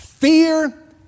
Fear